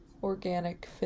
Organic